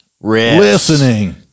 Listening